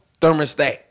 thermostat